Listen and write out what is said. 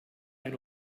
ein